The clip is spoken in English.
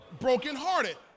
brokenhearted